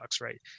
right